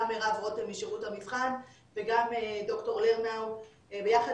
גם מרב רותם משירות המבחן וגם ד"ר לרנאו ביחד